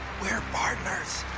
we are partners